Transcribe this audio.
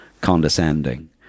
condescending